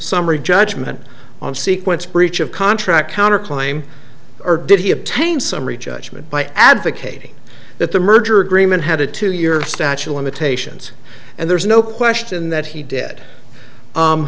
summary judgment on sequence breach of contract counter claim or did he obtain summary judgment by advocating that the merger agreement had a two year statute limitations and there's no question that he did